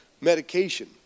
medication